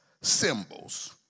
symbols